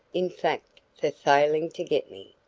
in fact, for failing to get me.